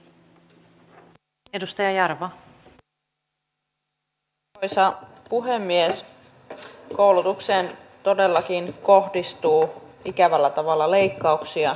aivan oikein vesivoimaa ei saa unohtaa eli tätä on kehitettävä osana suomen sähköntuotantoa